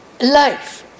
life